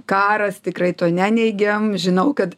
karas tikrai to neneigia žinau kad